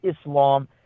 Islam